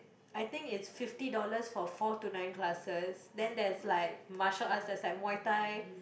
I think it's fifty dollars for four to nine classes then there's like martial arts there's like muay-thai